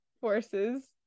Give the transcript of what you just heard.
forces